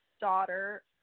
daughter